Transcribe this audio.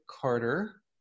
Carter